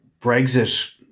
Brexit